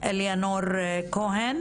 אלינור כהן